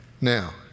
Now